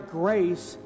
grace